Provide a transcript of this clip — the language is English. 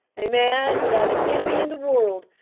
a man without an enemy in the world.